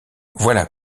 voilà